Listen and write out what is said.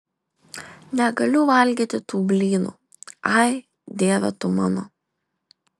negaliu valgyti tų blynų ai dieve tu mano